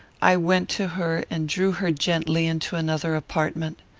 i went to her and drew her gently into another apartment.